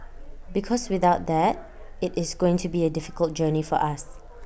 because without that IT is going to be A difficult journey for us